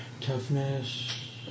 Toughness